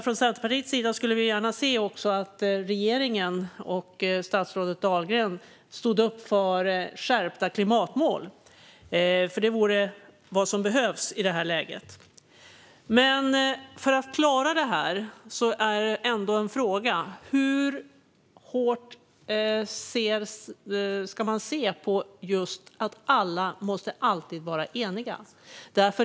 Från Centerpartiets sida skulle vi gärna se att regeringen och statsrådet Dahlgren också stod upp för skärpta klimatmål, för det är vad som behövs i det här läget. För att klara detta finns det dock ändå en fråga: Hur hårt ska man se på att alla alltid måste vara eniga?